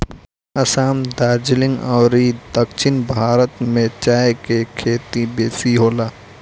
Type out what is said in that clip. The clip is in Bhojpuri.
असाम, दार्जलिंग अउरी दक्षिण भारत में चाय के खेती बेसी होला